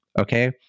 Okay